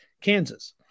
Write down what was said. Kansas